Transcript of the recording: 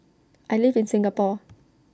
I live in Singapore